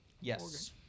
Yes